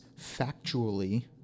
factually